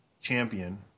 champion